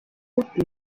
die